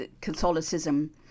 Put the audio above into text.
Catholicism